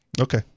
Okay